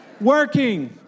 Working